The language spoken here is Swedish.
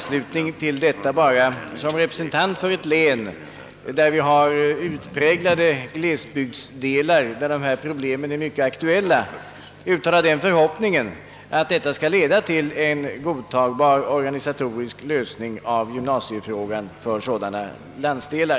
Som representant för ett län med utpräglade glesbygder där dessa problem är mycket aktuella vill jag bara i anslutning härtill uttala den förhoppningen, att frågans behandling skall leda till en godtagbar organisatorisk lösning av gymnasiefrågan för sådana landsdelar.